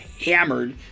hammered